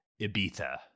Ibiza